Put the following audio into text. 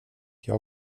jag